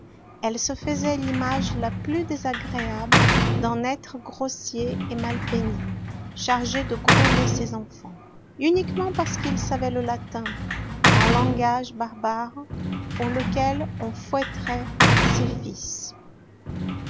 elle se faisait l'image la plus désagréable d'un être grossier et mal peigné chargé de gronder ses enfants uniquement parce qu'il savait le latin un langage barbare pour lequel on fouetterait ses fils